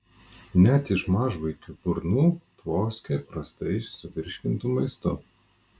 net iš mažvaikių burnų tvoskia prastai suvirškintu maistu